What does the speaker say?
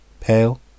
Pale